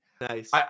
Nice